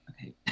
okay